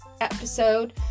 episode